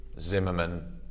Zimmerman